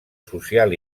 social